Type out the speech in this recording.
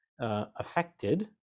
affected